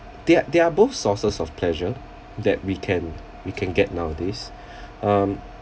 they're they're both sources of pleasure that we can we can get nowadays um